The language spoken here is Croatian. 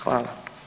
Hvala.